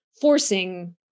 forcing